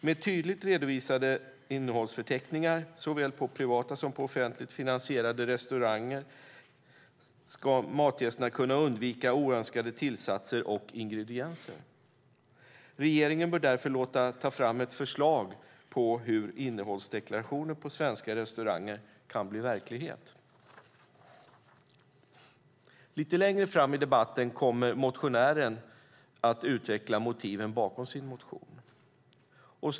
Med tydligt redovisade innehållsförteckningar på såväl privata som offentligt finansierade restauranger kan matgästerna undvika oönskade tillsatser och ingredienser. Regeringen bör därför låta ta fram ett förslag på hur innehållsdeklarationer på svenska restauranger kan bli verklighet. Lite längre fram i debatten kommer motionären att utveckla motiven bakom sin motion.